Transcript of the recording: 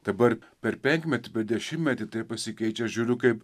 dabar per penkmetį dešimtmetį tai pasikeičia žiūriu kaip